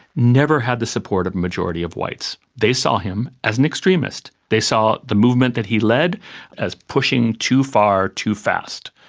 never had the support of the majority of whites. they saw him as an extremist. they saw the movement that he led as pushing too far, too fast.